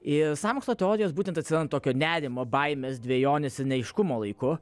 ir sąmokslo teorijos būtent tokio nerimo baimės dvejonės neaiškumo laiku